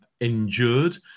endured